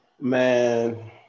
Man